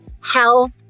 health